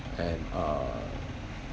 and uh